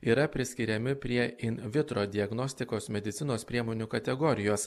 yra priskiriami prie in vitro diagnostikos medicinos priemonių kategorijos